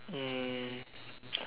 mm